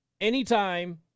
anytime